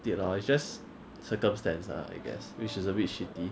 it lor it's just circumstance I guess which is a bit shitty